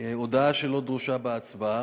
הודעה שלא דרושה בה הצבעה.